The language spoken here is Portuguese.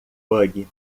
bug